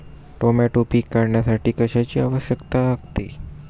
Tomato पीक काढण्यासाठी कशाची आवश्यकता लागते?